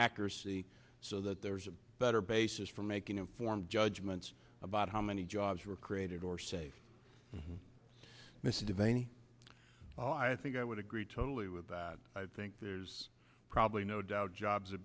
accuracy so that there's a better basis for making informed judgments about how many jobs were created or saved missive any i think i would agree totally with that i think there's probably no doubt jobs are